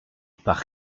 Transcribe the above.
par